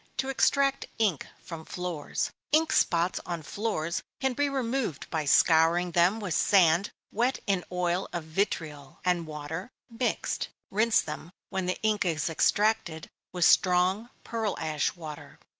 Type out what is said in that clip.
to extract ink from floors. ink spots on floors can be removed by scouring them with sand wet in oil of vitriol, and water, mixed. rinse them, when the ink is extracted, with strong pearl-ash water.